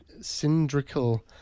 Cylindrical